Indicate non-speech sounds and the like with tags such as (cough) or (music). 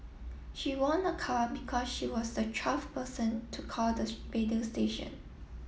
she won a car because she was the twelfth person to call the (unintelligible) radio station